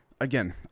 Again